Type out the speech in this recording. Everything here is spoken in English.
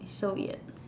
it's so weird